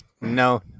no